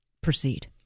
proceed